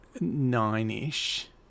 nine-ish